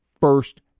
first